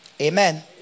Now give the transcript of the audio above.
Amen